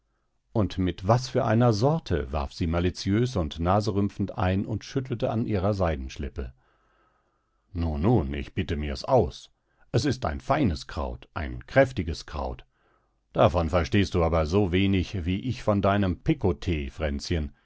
und mit was für einer sorte warf sie malitiös und naserümpfend ein und schüttelte an ihrer seidenschleppe nun nun ich bitte mir's aus es ist ein feines kraut ein kräftiges kraut davon verstehst du aber so wenig wie ich von deinem